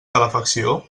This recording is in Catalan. calefacció